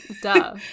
Duh